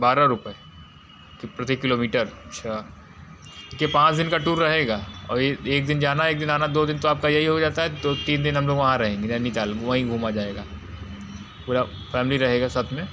बारह रुपये प्रति किलोमीटर अच्छा के पाँच दिन का टूर रहेगा और यह एक दिन जाना एक दिन आना दो दिन तो आपका यही हो जाता है तो तीन दिन हम लोग वहाँ रहेंगे नैनीताल में वहीं घूमा जाएगा पूरा फ़ैमली रहेगा साथ में